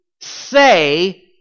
say